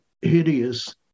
hideous